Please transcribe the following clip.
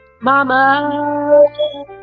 Mama